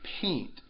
paint